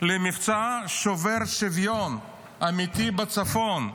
למבצע שובר שוויון אמיתי בצפון.